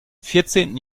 vierzehnten